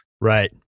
Right